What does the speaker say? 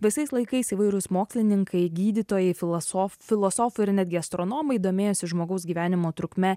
visais laikais įvairūs mokslininkai gydytojai filosof filosofai ir netgi astronomai domėjosi žmogaus gyvenimo trukme